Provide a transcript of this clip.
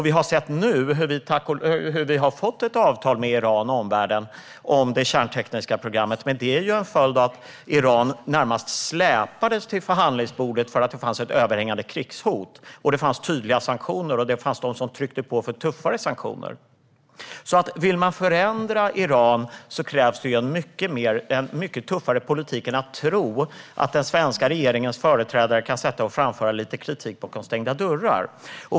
Vi har nu sett hur vi har fått ett avtal med Iran och omvärlden om det kärntekniska programmet, men detta är ju en följd av att Iran närmast släpades till förhandlingsbordet för att det fanns ett överhängande krigshot, tydliga sanktioner och de som tryckte på för tuffare sanktioner. Vill man förändra Iran krävs det alltså en mycket tuffare politik än att tro att den svenska regeringens företrädare kan sätta sig ned och framföra lite kritik bakom stängda dörrar.